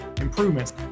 improvements